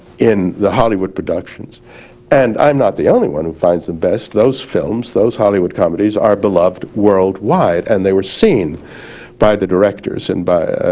in the hollywood productions and i'm not the only one who finds them best, those films, those hollywood comedies are beloved worldwide and they were seen by the directors and of